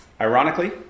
Ironically